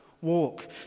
Walk